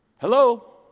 Hello